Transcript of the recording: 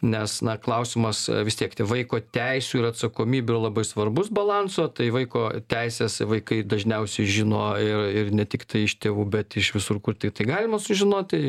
nes na klausimas vis tiek vaiko teisių ir atsakomybių labai svarbus balanso tai vaiko teises vaikai dažniausiai žino ir ir ne tiktai iš tėvų bet iš visur kur tiktai galima sužinoti